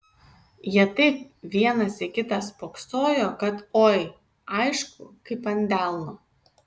jie taip vienas į kitą spoksojo kad oi aišku kaip ant delno